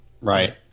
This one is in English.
right